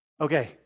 Okay